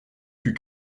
put